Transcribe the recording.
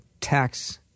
tax